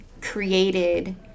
created